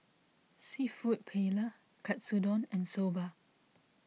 Seafood Paella Katsudon and Soba